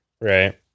right